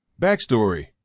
Backstory